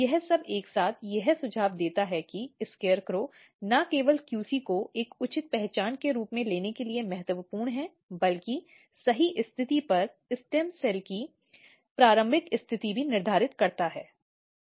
यह सब एक साथ यह सुझाव देते हैं कि SCARECROW न केवल QC को एक उचित पहचान के रूप में लेने के लिए महत्वपूर्ण है बल्कि सही स्थिति पर स्टेम सेल की प्रारंभिक स्थिति भी निर्धारित करता है